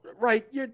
right